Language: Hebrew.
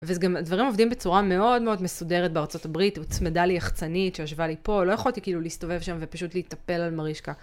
וזה גם, הדברים עובדים בצורה מאוד מאוד מסודרת בארצות הברית, הוצמדה לי יח"צנית שישבה לי פה, לא יכולתי כאילו להסתובב שם ופשוט להיטפל על מרישקה.